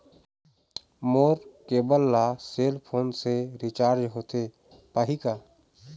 मोर cable ला cell phone से recharge होथे पाही का?